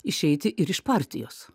išeiti ir iš partijos